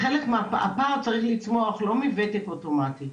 הפער צריך לצמוח לא מוותק אוטומטית.